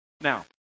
Now